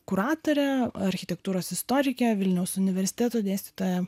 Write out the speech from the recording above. kuratore architektūros istorike vilniaus universiteto dėstytoja